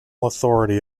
authority